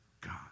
God